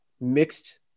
mixed